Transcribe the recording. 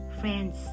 Friends